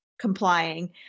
complying